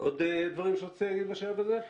עוד דברים שרצית להגיד בשלב הזה?